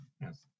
Yes